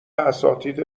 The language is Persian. اساتید